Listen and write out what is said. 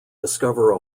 discover